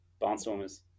Barnstormers